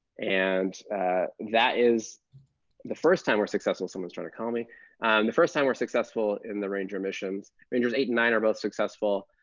and that is the first time we're successful someone's trying to call me and the first time we're successful in the ranger missions. rangers eight and nine are both successful,